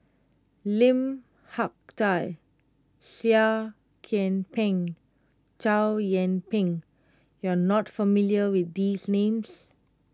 Lim Hak Tai Seah Kian Peng Chow Yian Ping you are not familiar with these names